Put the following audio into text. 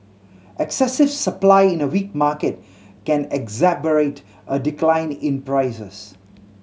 excessive supply in a weak market can exacerbate a decline in prices